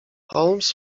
holmes